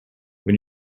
when